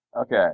okay